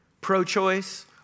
Pro-choice